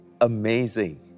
Amazing